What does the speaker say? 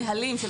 הנהלים.